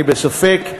אני בספק.